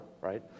right